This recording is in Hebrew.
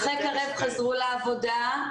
מדריכי קרב חזרו לעבודה.